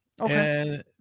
Okay